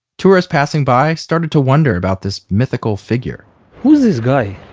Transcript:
tourists passing by started to wonder about this mythical figure who's this guy?